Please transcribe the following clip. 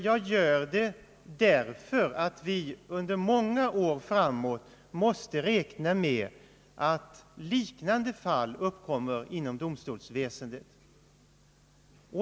Jag gör det av den orsaken att vi under många år framåt måste räkna med att liknande fall uppstår inom domstolsväsendet.